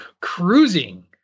cruising